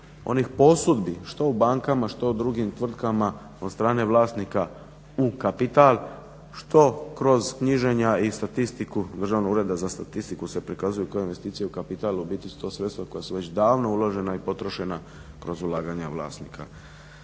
onih posudbi što u bankama, što u drugim tvrtkama od strane vlasnika u kapital, što kroz knjiženja i statistiku Državnog ureda za statistiku se prikazuju kao investicije u kapital, a u biti su to sredstva koja su već davno uložena i potrošena kroz ulaganja vlasnika.